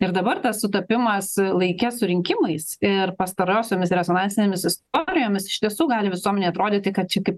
ir dabar tas sutapimas e laike su rinkimais ir pastarosiomis rezonansinėmis istorijomis iš tiesų gali visuomenei atrodyti kad čia kaip